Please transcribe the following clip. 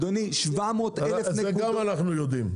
גם את זה אנחנו יודעים.